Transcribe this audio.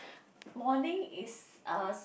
morning is as